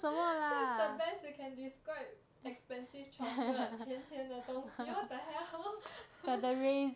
that's the best you can describe expensive chocolate 甜甜的东西 what the hell